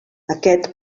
aquest